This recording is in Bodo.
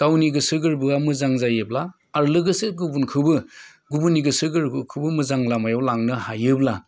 गोसो गोरबोया मोजां जायोब्ला आरो लोगोसे गुबुनखौबो गुबुननि गोसो गोरबोखौबो मोजां लामायाव लांनो हायोब्ला